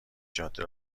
جاده